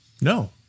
No